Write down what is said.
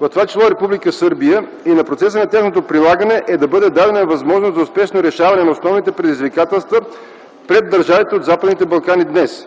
в това число и Република Сърбия, и на процеса на тяхното прилагане, е да бъде дадена възможност за успешното решаване на основните предизвикателства пред държавите от Западните Балкани днес.